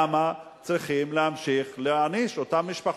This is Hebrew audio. למה צריכים להמשיך להעניש את אותן משפחות?